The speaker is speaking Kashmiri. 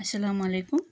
اسلامُ علیکم